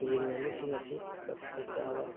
ꯌꯦꯟ ꯉꯥꯅꯨꯁꯤꯡ ꯑꯁꯤ ꯀꯛꯑꯒ ꯆꯥꯕ